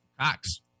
Cox